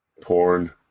Porn